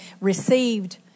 received